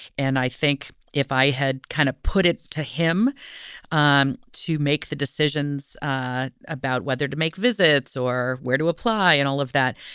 and i think if i had kind of put it to him um to make the decisions about whether to make visits or where to apply and all of that,